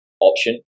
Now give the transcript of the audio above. option